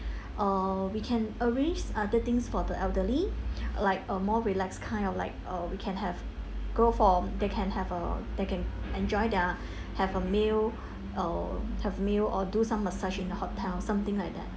uh we can arrange other things for the elderly like a more relax kind of like uh we can have go for they can have a they can enjoy their have a meal um have meal or do some massage in the hotel something like that